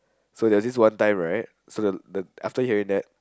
so there's this one time right so the the after hearing that